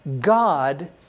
God